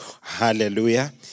Hallelujah